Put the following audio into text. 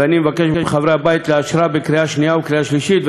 ואני מבקש מחברי הבית לאשרה בקריאה שנייה ובקריאה שלישית.